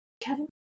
Kevin